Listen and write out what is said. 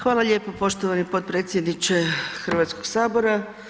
Hvala lijepo poštovani potpredsjedniče Hrvatskoga sabora.